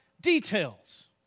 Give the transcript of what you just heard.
details